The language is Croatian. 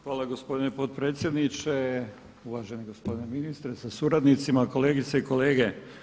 Hvala gospodine potpredsjedniče, uvaženi gospodine ministre sa suradnicima, kolegice i kolege.